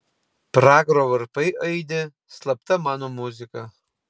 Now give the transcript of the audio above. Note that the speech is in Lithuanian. pragaro varpai aidi slapta mano muzika